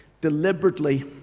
Deliberately